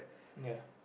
ya